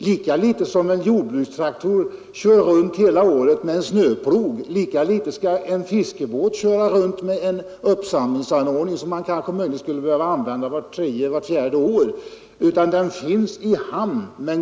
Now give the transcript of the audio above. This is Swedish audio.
Lika litet som en jordbrukstraktor kör runt hela året med en snöplog skall en fiskebåt köra runt med en uppsamlingsanordning som kanske möjligen skulle behöva användas vart tredje eller vart fjärde år, utan anordningen skall finnas i hamn.